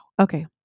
Okay